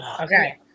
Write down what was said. Okay